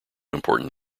important